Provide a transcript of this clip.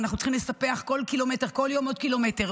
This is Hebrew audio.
אנחנו צריכים לספח כל יום עוד קילומטר,